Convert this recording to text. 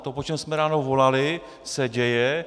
To, po čem jsme ráno volali, se děje.